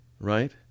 right